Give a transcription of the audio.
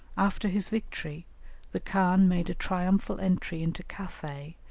after his victory the khan made a triumphal entry into cathay,